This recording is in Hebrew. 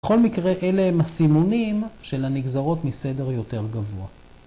‫בכל מקרה אלה הם הסימונים ‫של הנגזרות מסדר יותר גבוה.